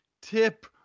tip